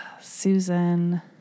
Susan